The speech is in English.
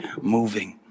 moving